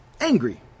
angry